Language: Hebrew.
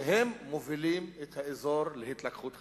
שהם מובילים את האזור להתלקחות חדשה.